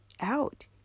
out